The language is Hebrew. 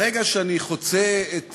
ברגע שאני חוצה את